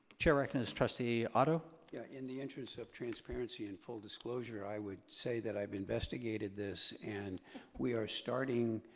chair recognizes trustee otto. yeah, in the interest of transparency and full disclosure i would say that i've investigated this and we are starting